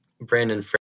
Brandon